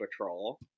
Patrol